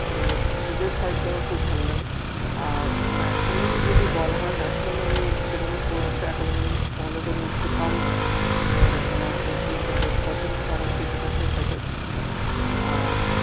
তো এদের ফাইটটা আমার খুব ভালো লাগে আর ন্যাশনাল যদি বলা হয় ন্যাশনাল আমি সেরকম খুব একটা এখনও পর্যন্ত ফলো করে উঠতে পারিনি কারণ আমার মোস্টলি যাদের পছন্দ তারা হচ্ছে ইন্টারন্যাশনাল ফাইটার্স আর